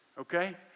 okay